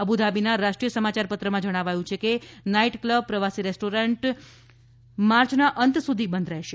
અબુધાબીના રાષ્ટ્રીય સમાચારપત્રમાં જણાવાયું છે કે નાઇટ ક્લબ પ્રવાસી રેસ્ટોરેન્ટ માર્ચના અંત સુધી બંધ રહેશે